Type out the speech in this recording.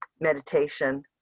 meditation